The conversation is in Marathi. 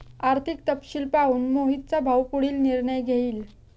आर्थिक तपशील पाहून मोहितचा भाऊ पुढील निर्णय घेईल